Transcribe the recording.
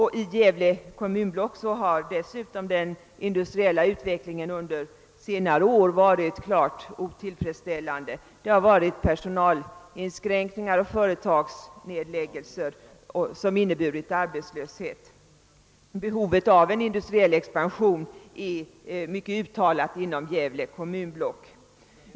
I Gävle kommunblock har den industriella utvecklingen dessutom under senare år varit klart otillfredsställande med företagsnedläggningar, personalinskränkningar och arbetslöshet. Behovet av en industriell expansion är mycket uttalat inom Gävle kommunblock.